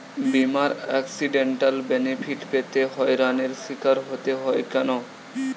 বিমার accidental benefit পেতে হয়রানির স্বীকার হতে হয় কেন?